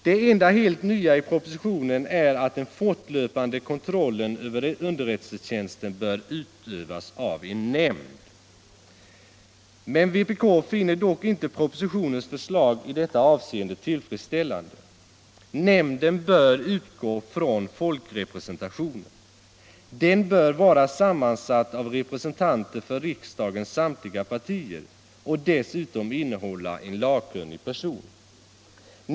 Det enda helt nya i propositionen är att den fortlöpande kontrollen över underrättelsetjänsten bör utövas av en nämnd. Men vpk finner inte propositionens förslag i detta avseende tillfredsställande. Nämnden bör utgå från folkrepresentationen. Den bör vara sammansatt av representanter för riksdagens samtliga partier och dessutom innehålla en lagkunnig person.